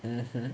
mmhmm